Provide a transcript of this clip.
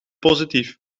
positief